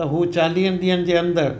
त हू चालीह ॾींहनि जे अंदरि